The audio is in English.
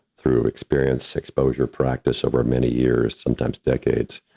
through experience, exposure, practice over many years, sometimes decades,